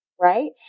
right